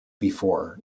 before